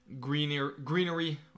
greenery